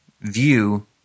view